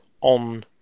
on